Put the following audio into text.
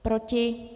Proti?